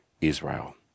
Israel